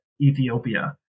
Ethiopia